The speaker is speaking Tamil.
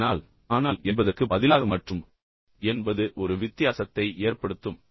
அதனால் ஆனால் என்பதற்கு பதிலாக மற்றும் என்பது ஒரு வித்தியாசத்தை ஏற்படுத்தும்